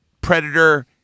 Predator